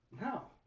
No